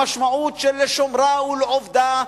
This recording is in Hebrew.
המשמעות של לשומרה ולעובדה,